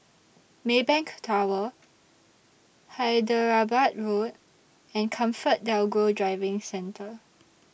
Maybank Tower Hyderabad Road and ComfortDelGro Driving Centre